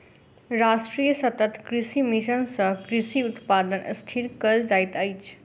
राष्ट्रीय सतत कृषि मिशन सँ कृषि उत्पादन स्थिर कयल जाइत अछि